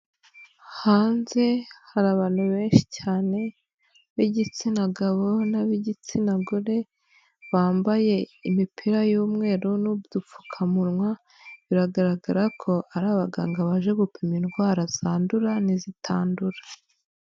Hanze hari abantu benshi cyane, b'igitsina gabo n'ab'igitsina gore, bambaye imipira y'umweru n'udupfukamunwa, biragaragara ko ari abaganga baje gupima indwara zandura n'izitandura.